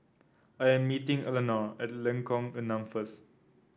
I am meeting Eleanore at Lengkok Enam first